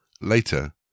Later